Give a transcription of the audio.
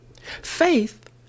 Faith